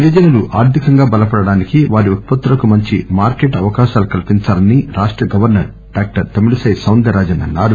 గిరిజనులు ఆర్థికంగా బలపడటానికి వారి ఉత్పత్తులకు మంచి మార్కెట్ అవకాశాలు కల్పించాలని రాష్ట governor doctor Tamilisai Soundararajan అన్సారు